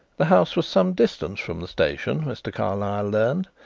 the house was some distance from the station, mr. carlyle learned.